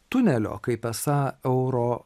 tunelio kaip esą euro